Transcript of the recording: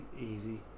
easy